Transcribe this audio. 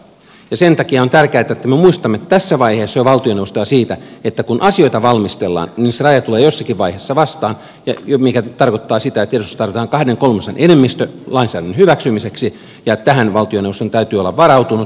sen takia on tärkeätä että me muistutamme jo tässä vaiheessa valtioneuvostoa siitä että kun asioita valmistellaan niin se raja tulee jossakin vaiheessa vastaan mikä tarkoittaa sitä että eduskunnassa tarvitaan kahden kolmasosan enemmistö lainsäädännön hyväksymiseksi ja tähän valtioneuvoston täytyy olla varautunut